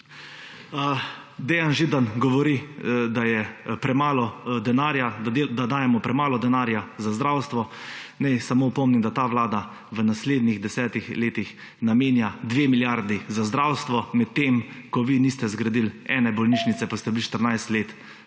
Dejan Židan govori, da dajemo premalo denarja za zdravstvo. Naj samo opomnim, da ta vlada v naslednjih 10 letih namenja 2 milijardi za zdravstvo, medtem ko vi niste zgradili niti ene bolnišnice, pa ste bili 14 let